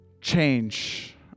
change